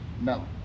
No